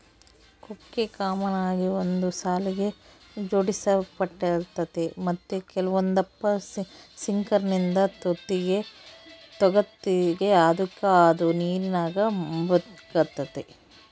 ಕೊಕ್ಕೆ ಕಾಮನ್ ಆಗಿ ಒಂದು ಸಾಲಿಗೆ ಜೋಡಿಸಲ್ಪಟ್ಟಿರ್ತತೆ ಮತ್ತೆ ಕೆಲವೊಂದಪ್ಪ ಸಿಂಕರ್ನಿಂದ ತೂಗ್ತತೆ ಅದುಕ ಅದು ನೀರಿನಾಗ ಮುಳುಗ್ತತೆ